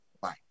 Bye